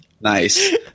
Nice